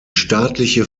staatliche